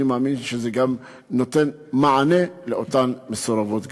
אני מאמין שזה גם נותן מענה לאותן מסורבות גט.